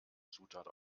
zutat